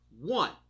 one